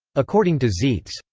according to zeitz,